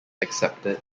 accepted